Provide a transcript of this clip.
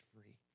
free